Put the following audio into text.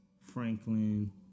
franklin